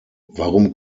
warum